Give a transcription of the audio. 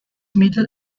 middle